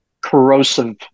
corrosive